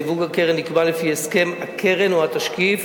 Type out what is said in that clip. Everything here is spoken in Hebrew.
סיווג הקרן נקבע לפי הסכם הקרן או התשקיף.